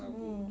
mm